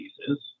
pieces